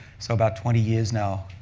so about twenty years now.